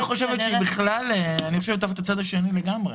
אני חושבת לגמרי על הצד השני.